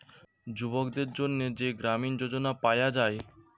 যুবকদের জন্যে যেই গ্রামীণ যোজনা পায়া যায়